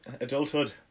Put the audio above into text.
adulthood